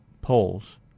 polls